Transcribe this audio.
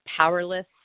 powerless